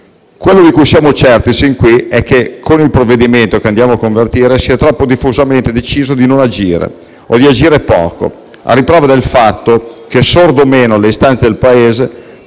Quello di cui siamo certi, sin qui, è che con il provvedimento che andiamo a convertire, si è troppo diffusamente deciso di non agire, o di agire poco, a riprova del fatto che, sorda o no alle istanze del Paese,